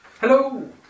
Hello